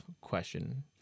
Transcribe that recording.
question